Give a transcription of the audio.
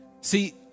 See